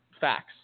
facts